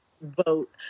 Vote